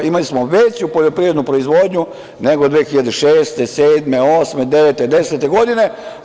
Imali smo veću poljoprivrednu proizvodnju nego 2006, 2007, 2008, 2009, 2010. godine.